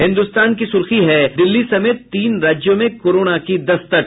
हिन्दुस्तान की सुर्खी है दिल्ली समेत तीन राज्यों में कोरोना की दस्तक